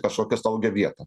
kažkokią saugią vietą